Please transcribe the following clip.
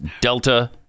Delta